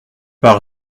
par